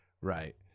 right